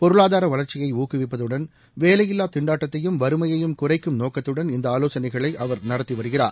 பொருளாதார வளர்ச்சியை ஊக்குவிப்பதுடன் வேலையில்லா தின்டாட்டத்தையும் வறுமையையும் குறைக்கும் நோக்கத்துடன் இந்த ஆலோசனைகளை அவர் நடத்தி வருகிறார்